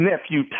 nephew